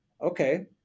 okay